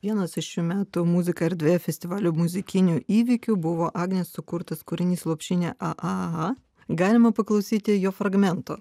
vienas iš šių metų muzika erdvėje festivalio muzikinių įvykių buvo agnės sukurtas kūrinys lopšinė a a a galima paklausyti jo fragmento